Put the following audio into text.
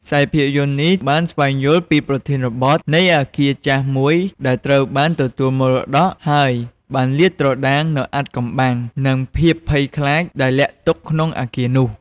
ខ្សែភាពយន្តនេះបានស្វែងយល់ពីប្រធានបទនៃអគារចាស់មួយដែលត្រូវបានទទួលមរតក ហើយបានលាតត្រដាងនូវអាថ៌កំបាំង និងភាពភ័យខ្លាចដែលលាក់ទុកក្នុងអគារនោះ។